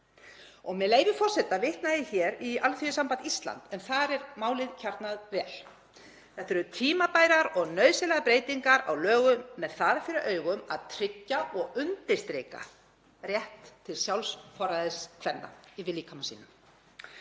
Með leyfi forseta vitna ég hér í Alþýðusamband Íslands en þar er málið kjarnað vel: „[Þetta eru] tímabærar og nauðsynlegar breytingar á lögum með það fyrir augum að tryggja og undirstrika réttinn til sjálfsforræðis kvenna yfir líkama sínum